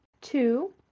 Two